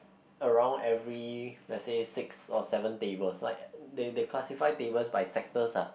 around every lets say six or seven tables like they they classify tables by sectors ah